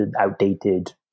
outdated